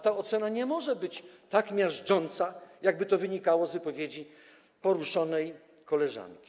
Ta ocena nie może być tak miażdżąca, jak wynikałoby to z wypowiedzi poruszonej koleżanki.